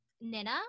Nina